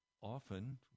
often